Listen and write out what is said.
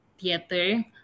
Theater